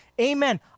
amen